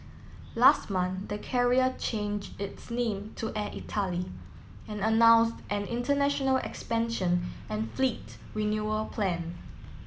last month the carrier change its name to Air Italy and announced an international expansion and fleet renewal plan